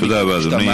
אדוני,